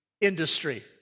industry